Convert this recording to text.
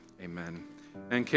Amen